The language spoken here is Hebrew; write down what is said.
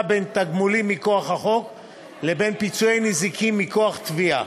בין תגמולים מכוח החוק לבין פיצוי נזיקי מכוח תביעה,